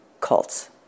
cults